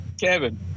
Kevin